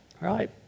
right